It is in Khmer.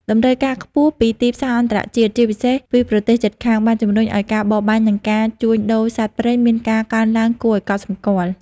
តម្រូវការខ្ពស់ពីទីផ្សារអន្តរជាតិ ជាពិសេសពីប្រទេសជិតខាង បានជំរុញឱ្យការបរបាញ់និងការជួញដូរសត្វព្រៃមានការកើនឡើងគួរឱ្យកត់សម្គាល់។